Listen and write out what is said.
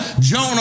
Jonah